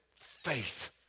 faith